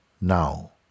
Now